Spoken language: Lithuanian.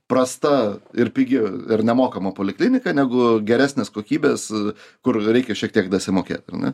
prasta ir pigi ir nemokama poliklinika negu geresnės kokybės kur reikia šiek tiek dasimokėt ar ne